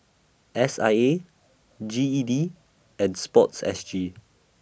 S I A G E D and Sports S G